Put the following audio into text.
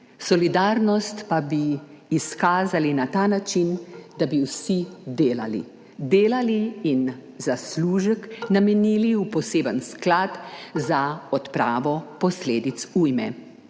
Solidarnost pa bi izkazali na ta način, da bi vsi delali, delali in zaslužek namenili v poseben sklad za odpravo posledic ujme.